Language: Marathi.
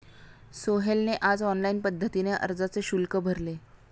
सोहेलने आज ऑनलाईन पद्धतीने अर्जाचे शुल्क भरले